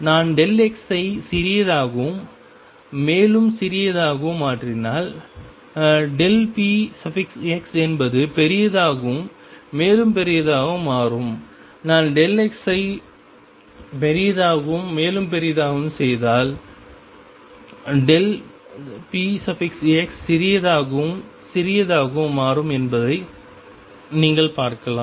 நான் x ஐ சிறியதாகவும் மேலும் சிறியதாகவும் மாற்றினால் px என்பது பெரியதாகவும் மேலும் பெரியதாகவும் மாறும் நான் x ஐ பெரியதாகவும் மேலும் பெரியதாகவும் செய்தால் px சிறியதாகவும் சிறியதாகவும் மாறும் என்பதை நீங்கள் பார்க்கலாம்